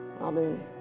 Amen